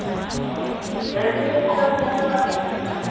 ᱚ ᱵᱮᱥ ᱴᱷᱤᱠ ᱜᱮᱭᱟ ᱛᱟᱦᱞᱮ ᱫᱮᱠᱷᱟᱜ ᱯᱮ ᱛᱟᱦᱞᱮ